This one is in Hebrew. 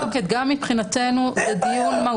שוב, אין מחלוקת, גם מבחינתנו זה דיון מהותי.